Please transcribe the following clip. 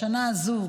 בשנה הזו,